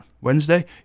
Wednesday